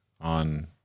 on